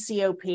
COP